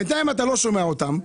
בינתיים אתה לא שומע אותם,